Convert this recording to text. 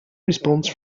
response